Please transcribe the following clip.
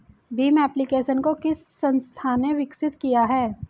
Bhim application को किस संस्था ने विकसित किया है?